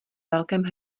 velkém